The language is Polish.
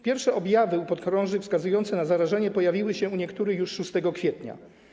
Pierwsze objawy u podchorążych wskazujące na zarażenie pojawiły się u niektórych już 6 kwietnia.